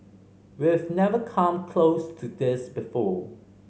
we've never come close to this before